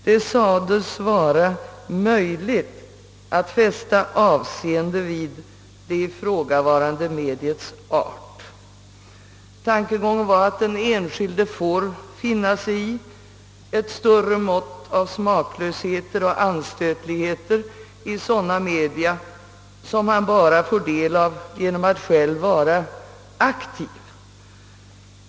Det sades vara möjligt att fästa avseende vid det ifrågavarande mediets art. Tankegången var att den enskilde får finna sig i ett större mått av smaklösheter och anstötligheter i sådana media som han bara får del av genom att själv vara aktiv.